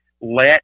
Let